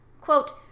Quote